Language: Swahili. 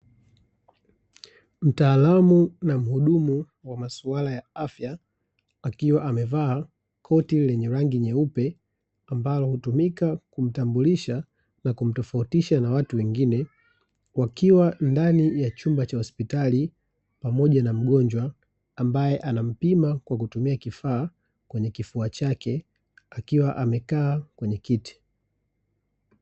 Mtaalamu na mhudumu wa masuala ya afya akiwa amevaa koti lenye rangi nyeupe ambalo, hutumika kumtambulisha na kumtofautisha na watu wengine. Wakiwa ndani ya chumba cha hospitali pamoja na mgonjwa, ambaye anampima kwa kutumia kifaa kwenye kifua chake, akiwa amekaa kwenye kiti.